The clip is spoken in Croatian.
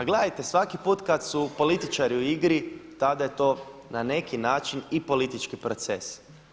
Pa gledajte, svaki put kada su političari u igri, tada je to na neki način i politički proces.